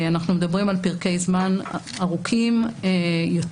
אנחנו מדברים על פרקי זמן ארוכים יותר,